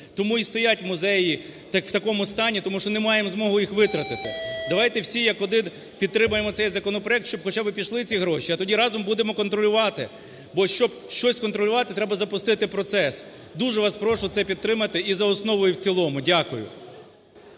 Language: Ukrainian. Тому і стоять музеї в такому стані, тому що не маємо змогу їх витратити. Давайте всі як один підтримаємо цей законопроект, щоб хоча би пішли ці гроші, а тоді разом будемо контролювати. Бо, щоб щось контролювати треба запустити процес. Дуже вас прошу це підтримати і за основу, і в цілому. Дякую.